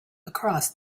across